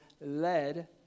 led